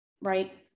right